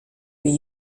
were